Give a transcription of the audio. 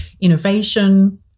innovation